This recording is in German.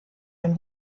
ein